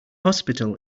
hospital